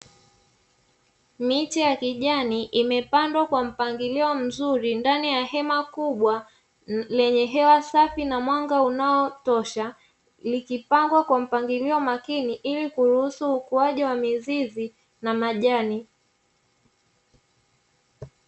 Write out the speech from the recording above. Miti ya kijani imepandwa kwa mpangilio mzuri ndani ya hema kubwa lenye hewa safi na mwanga unaotosha, likipangwa kwa mpangilio makini ili kuruhusu ukuaji wa mizizi na majani.